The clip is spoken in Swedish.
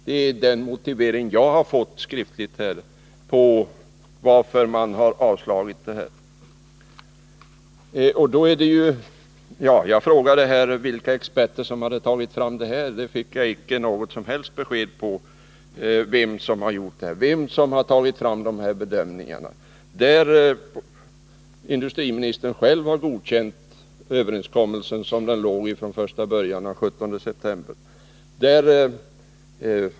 Det är den motivering jag skriftligen har fått till att regeringen avslagit begäran om stöd. Jag frågade vilka experter som tagit fram underlaget för regeringens bedömning, men det fick jag icke något som helst besked om. Industriministern har själv godkänt överenskommelsen sådan den förelåg från början, den 17 september.